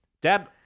Dad